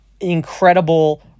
incredible